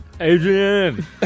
Adrian